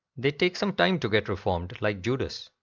they take some time to get reformed like judas.